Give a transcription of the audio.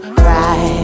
cry